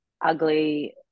ugly